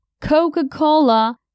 Coca-Cola